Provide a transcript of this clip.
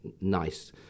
nice